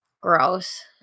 Gross